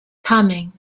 coming